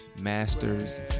Masters